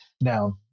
now